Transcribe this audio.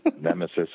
Nemesis